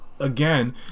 Again